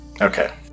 Okay